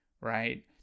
right